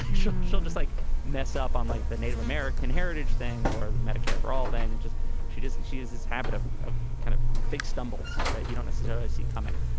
she'll just like mess up on like the native american heritage thing or medicare for all thing. and just she just she has this habit of of kind of big stumbles that you don't necessarily see coming.